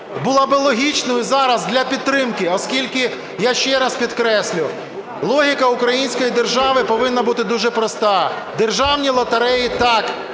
була би логічною зараз для підтримки. Оскільки, я ще раз підкреслю, логіка української держави повинна бути дуже проста: державні лотереї, так,